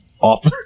off